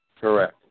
Correct